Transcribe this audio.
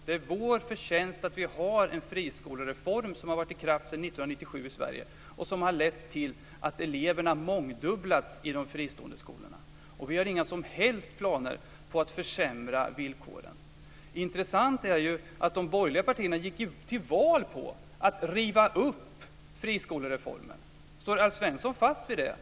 Det är vår förtjänst att vi har en friskolereform som har varit i kraft sedan 1997 i Sverige och som har lett till att eleverna mångdubblats i de fristående skolorna. Vi har inga som helst planer på att försämra villkoren. Intressant är ju att de borgerliga partierna gick till val på att riva upp friskolereformen. Står Alf Svensson fast vid det?